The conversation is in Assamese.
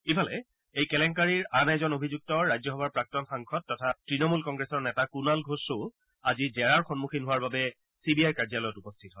ইফালে এই কেলেংকাৰীৰ আন এগৰাকী অভিযুক্ত ৰাজ্যসভাৰ প্ৰাক্তন সাংসদ তথা তৃণমূল কংগ্ৰেছৰ নেতা কণাল ঘোষেও আজি জেৰাৰ সন্মখীন হোৱাৰ বাবে চি বি আইৰ কাৰ্যালয়ত উপস্থিত হয়